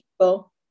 people